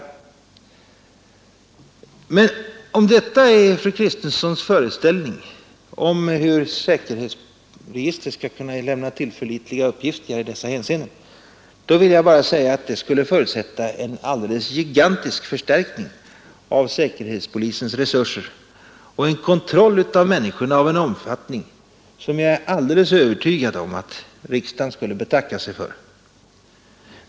Men är detta fru Kristenssons föreställning om hur säkerhetsregistret skall vara upplagt och dimensionerat, vill jag bara säga att det skulle förutsätta en gigantisk förstärkning av säkerhetspolisens resurser och en kontroll av människorna i en omfattning som jag är alldeles övertygad om att riksdagen skulle betacka sig för.